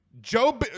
Joe